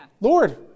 Lord